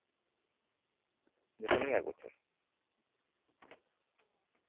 ᱡᱚᱛᱚ ᱨᱮᱱᱟᱜ ᱜᱮ ᱮᱠ ᱵᱚᱪᱷᱚᱨ